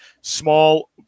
small